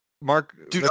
Mark